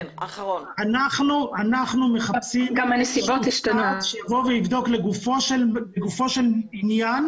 אנחנו מחפשים לבדוק לגופו של עניין